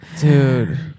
Dude